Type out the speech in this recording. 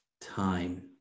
time